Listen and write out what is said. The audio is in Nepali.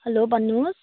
हेलो भन्नुहोस्